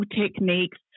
techniques